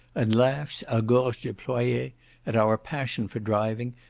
and laughs a gorge deployee at our passion for driving,